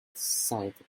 sighed